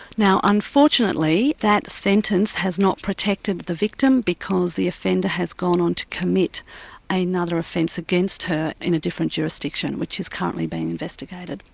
now unfortunately that sentence has not protected the victim because the offender has gone on to commit another offence against her in a different jurisdiction which is currently being investigated.